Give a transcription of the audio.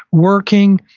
working,